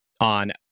on